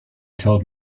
told